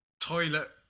toilet